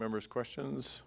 member's questions